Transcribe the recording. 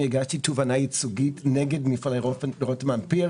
הגשתי תובענה ייצוגית נגד מפעלי רותם אמפרט